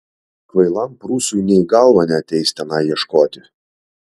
kvailam prūsui nė į galvą neateis tenai ieškoti